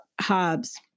Hobbes